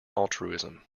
altruism